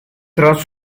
tras